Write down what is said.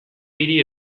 hiri